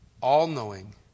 all-knowing